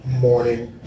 Morning